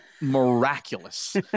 miraculous